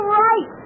right